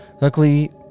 Luckily